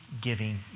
giving